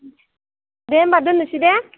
दे होनबा दोननोसै दे